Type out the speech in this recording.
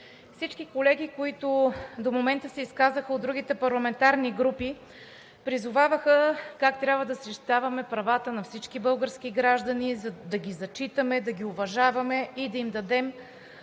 Всички колеги, които до момента се изказаха от другите парламентарни групи, призоваваха как трябва да защитаваме правата на всички български граждани – да ги зачитаме, да ги уважаваме и да им дадем